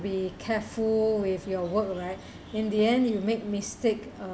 be careful with your work right in the end you make mistake uh